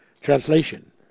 translation